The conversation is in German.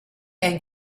hängt